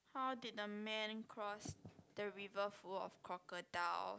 how did the man cross the river full of crocodile